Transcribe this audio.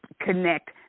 connect